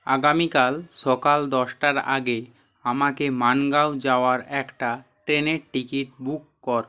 আগামীকাল সকাল দশটার আগে আমাকে মানগাঁও যাওয়ার একটা ট্রেনের টিকিট বুক কর